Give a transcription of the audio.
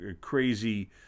crazy